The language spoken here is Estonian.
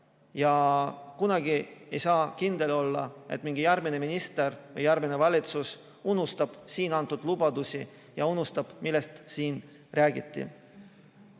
Kunagi ei saa kindel olla, ega mingi järgmine minister või järgmine valitsus ei unusta siin antud lubadusi ja seda, millest siin räägiti.